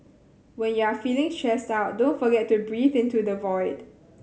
when you are feeling stressed out don't forget to breathe into the void